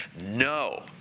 No